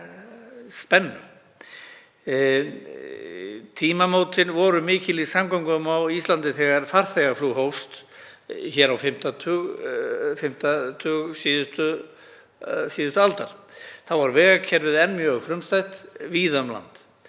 Tímamótin voru mikil í samgöngum á Íslandi þegar farþegaflug hófst hér á fimmta tug síðustu aldar. Þá var vegakerfið enn mjög frumstætt víða um land.